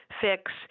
fix